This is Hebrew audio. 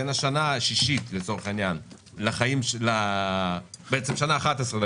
בין השנה השישית לצורך העניין - בעצם השנה ה-11 היא